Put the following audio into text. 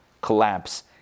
collapse